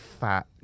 fat